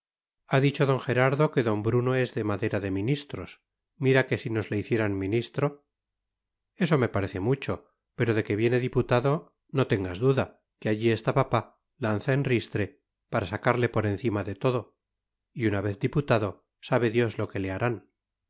ha dicho d gerardo que d bruno es de madera de ministros mira que si nos le hicieran ministro eso me parece mucho pero de que viene diputado no tengas duda que allí está papá lanza en ristre para sacarle por encima de todo y una vez diputado sabe dios lo que le harán